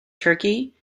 turkey